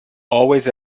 always